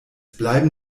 bleiben